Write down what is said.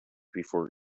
before